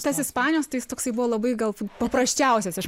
tas ispanijos tai jis toksai buvo labai gal paprasčiausias iš